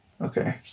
Okay